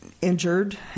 injured